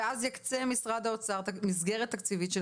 ואז יקצה משרד האוצר מסגרת תקציבית של